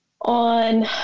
on